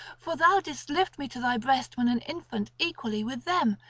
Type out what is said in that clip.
for thou didst lift me to thy breast when an infant equally with them,